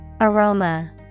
Aroma